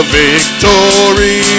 victory